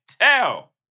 tell